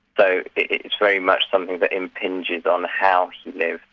so it is very much something that impinges on how he lives.